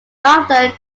after